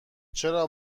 چرا